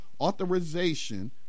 authorization